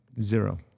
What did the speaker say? Zero